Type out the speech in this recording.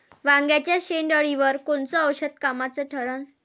वांग्याच्या शेंडेअळीवर कोनचं औषध कामाचं ठरन?